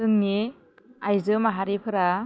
जोंनि आइजो माहारिफोरा